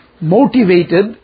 motivated